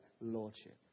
lordship